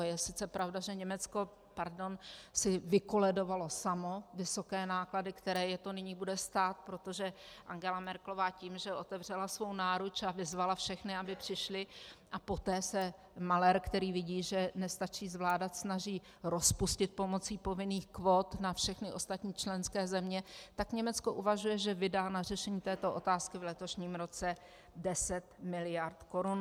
Je sice pravda, že Německo si vykoledovalo samo vysoké náklady, které ho to nyní bude stát, protože Angela Merkelová tím, že otevřela svou náruč a vyzvala všechny, aby přišli, a poté se malér, který vidí, že nestačí zvládat, snaží rozpustit pomocí povinných kvót na všechny ostatní členské země, tak Německo uvažuje, že vydá na řešení této otázky v letošním roce 10 miliard korun.